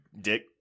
dick